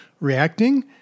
reacting